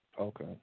Okay